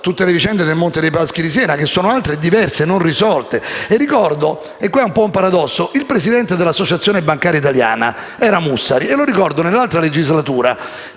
tutte le vicende del Monte dei Paschi di Siena, che sono altre, diverse e non risolte. Ricordo, ed è un po' un paradosso, che il presidente dell'Associazione bancaria italiana era Mussari. Lo ricordo nella scorsa legislatura